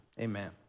amen